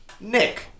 Nick